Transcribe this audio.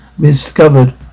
discovered